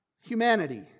humanity